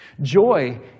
Joy